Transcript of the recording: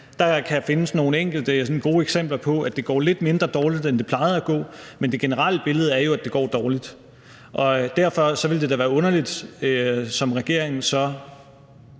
Der kan findes nogle enkelte gode eksempler på, at det går lidt mindre dårligt, end det plejede at gå. Men det generelle billede er jo, at det går dårligt. Og derfor ville det da være underligt som regering sådan